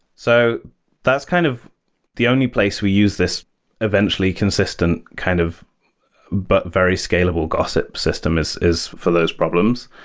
so that's kind of the only place we use this eventually consistent kind of but very scalable gossip system, is is for those problems.